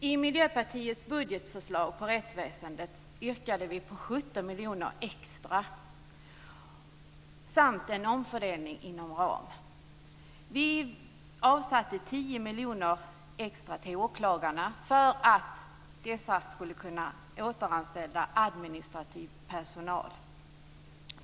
I Miljöpartiets budgetförslag på rättsväsendets område yrkar vi på 17 miljoner extra samt en omfördelning inom ram. Vi avsatte 10 miljoner extra till åklagarna för att ge möjlighet att återanställa administrativ personal.